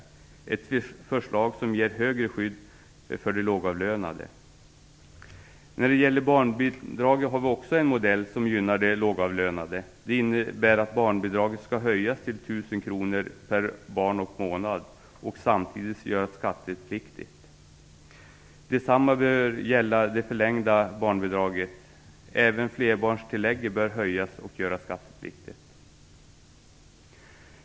Det är ett förslag som ger högre skydd för de lågavlönade. När det gäller barnbidraget har vi också en modell som gynnar de lågavlönade. Förslaget innebär en höjning av barnbidraget till 1 000 kronor per barn och månad samtidigt som det görs skattepliktigt. Detsamma bör gälla det förlängda barnbidraget. Även flerbarnstillägget bör höjas och göras skattepliktigt.